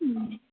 હમ્મ